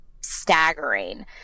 staggering